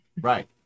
Right